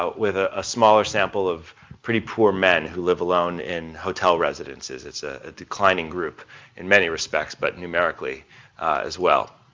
with ah a smaller sample of pretty poor men who live alone in hotel residences. it's a declining group in many respects, but numerically as well.